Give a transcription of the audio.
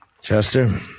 Chester